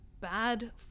bad